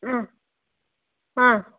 ಹ್ಞೂ ಹಾಂ